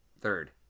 Third